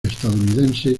estadounidense